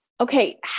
okay